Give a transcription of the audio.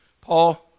Paul